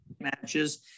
matches